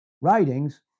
writings